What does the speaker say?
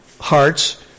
hearts